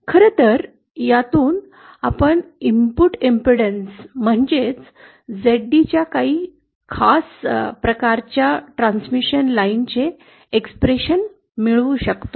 खरं यातून आपण इनपुट इम्पेडन्स म्हणजेच Zd च्या काही खास प्रकारच्या ट्रान्समिशन लाईनचे एक्स्प्रेशन्स मिळवू शकतो